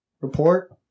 report